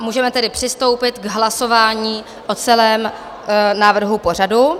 Můžeme tedy přistoupit k hlasování o celém návrhu pořadu.